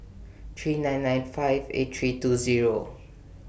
three nine nine five eight three two Zero